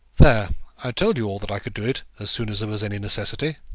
there i told you all that i could do it as soon as there was any necessity.